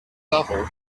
novel